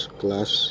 class